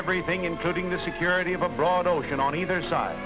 everything including the security of a broad ocean on either side